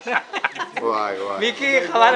רבה.